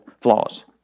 flaws